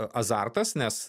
azartas nes